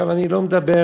אני לא מדבר